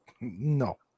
no